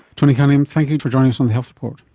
tony cunningham, thank you for joining us on the health report.